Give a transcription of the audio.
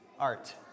art